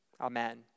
Amen